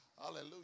Hallelujah